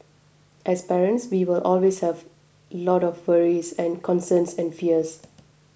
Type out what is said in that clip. as parents we will always have lot of worries and concerns and fears